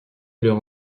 leur